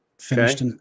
Finished